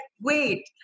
wait